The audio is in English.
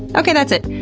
okay that's it.